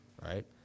right